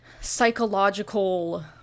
psychological